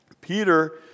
Peter